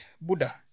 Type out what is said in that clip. Buddha